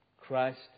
Christ